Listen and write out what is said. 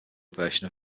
version